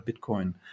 Bitcoin